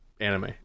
anime